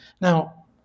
Now